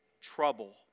trouble